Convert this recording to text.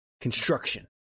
construction